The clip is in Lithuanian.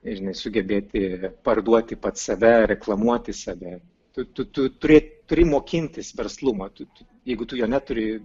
žinai sugebėti parduoti pats save reklamuoti save tu tu turi turi mokintis verslumo tu tu jeigu tu jo neturi